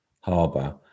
harbour